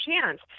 chance